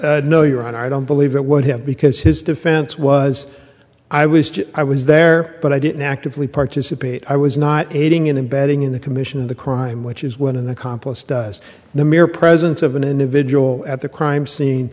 no no your honor i don't believe it would have because his defense was i was i was there but i didn't actively participate i was not aiding and abetting in the commission of the crime which is when an accomplice does the mere presence of an individual at the crime scene